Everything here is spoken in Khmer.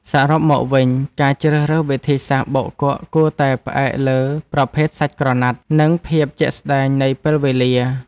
សរុបមកវិញ ការជ្រើសរើសវិធីសាស្ត្របោកគក់គួរតែផ្អែកលើប្រភេទសាច់ក្រណាត់ និងភាពជាក់ស្តែងនៃពេលវេលា។